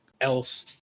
else